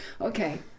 okay